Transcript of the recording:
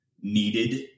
needed